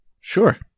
Sure